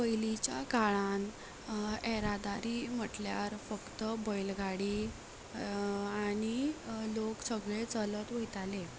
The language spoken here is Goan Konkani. पयलींच्या काळान येरादारी म्हणल्यार फक्त बैलगाडी आनी लोक सगले चलत वयताले